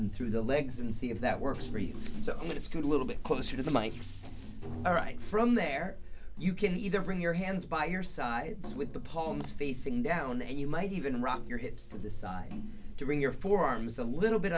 them through the legs and see if that works for you so it's good a little bit closer to the mikes all right from there you can either from your hands by your sides with the palms facing down and you might even rock your hips to the side during your forearms a little bit